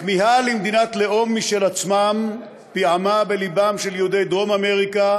הכמיהה למדינת לאום משל עצמם פיעמה בלבם של יהודי דרום אמריקה